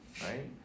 right